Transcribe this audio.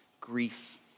grief